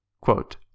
Quote